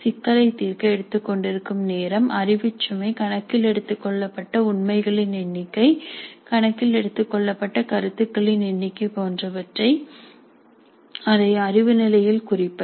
சிக்கலைத் தீர்க்க எடுத்துக் கொண்டிருக்கும் நேரம் அறிவுச் சுமை கணக்கில் எடுத்துக் கொள்ளப்பட்ட உண்மைகளின் எண்ணிக்கை கணக்கில் எடுத்துக் கொள்ளப்பட்ட கருத்துக்களின் எண்ணிக்கை போன்றவற்றை அதை அறிவு நிலையில் குறிப்பது